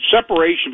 separation